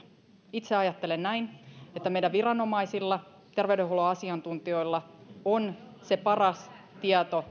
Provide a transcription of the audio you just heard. itse ajattelen näin että meidän viranomaisilla terveydenhuollon asiantuntijoilla on se paras tieto